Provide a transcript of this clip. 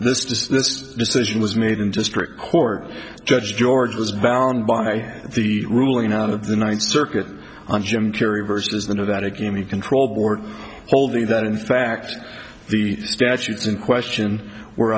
this does this decision was made in district court judge george was bound by the ruling out of the ninth circuit on jim carrey versus the no that again the control board holding that in fact the statutes in question were